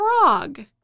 frog